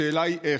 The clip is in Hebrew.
השאלה היא איך.